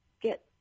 get